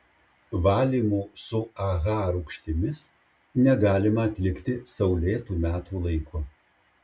valymų su aha rūgštimis negalima atlikti saulėtu metų laiku